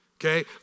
Okay